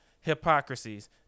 hypocrisies